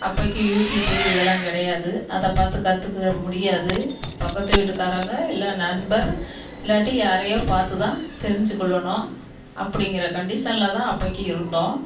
அப்போக்கி YouTube இதெல்லாம் கிடையாது அதை பார்த்து கற்றுக்க முடியாது பக்கத்து வீட்டுக்காரவங்க இல்லை நண்பர் இல்லாட்டி யாரையோ பார்த்து தான் தெரிஞ்சு கொள்ளணும் அப்படிங்கிற கன்டிஷனில் தான் அப்போக்கி இருந்தோம்